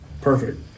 Perfect